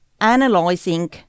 analyzing